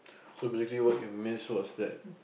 so basically what you miss was that